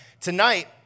Tonight